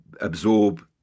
absorb